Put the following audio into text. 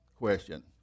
question